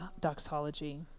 doxology